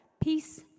Peace